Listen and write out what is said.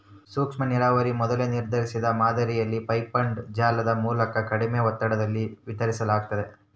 ಸೂಕ್ಷ್ಮನೀರಾವರಿ ಮೊದಲೇ ನಿರ್ಧರಿಸಿದ ಮಾದರಿಯಲ್ಲಿ ಪೈಪ್ಡ್ ಜಾಲದ ಮೂಲಕ ಕಡಿಮೆ ಒತ್ತಡದಲ್ಲಿ ವಿತರಿಸಲಾಗ್ತತೆ